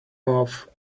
move